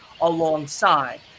alongside